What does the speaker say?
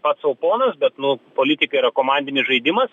pats sau ponas bet nu politika yra komandinis žaidimas